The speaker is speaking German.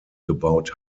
gebaut